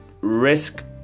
risk